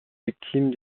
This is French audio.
victimes